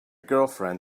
girlfriend